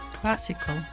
Classical